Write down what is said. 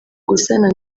gusana